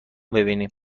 بیینیم